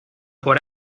por